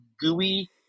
gooey